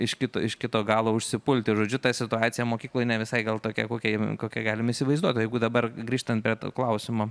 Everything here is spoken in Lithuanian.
iš kito iš kito galo užsipulti žodžiu ta situacija mokykloj ne visai gal tokia kokia kokią galim įsivaizduoti o jeigu dabar grįžtant prie to klausimo